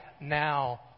now